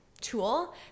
tool